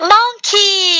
Monkey